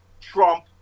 Trump